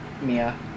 Mia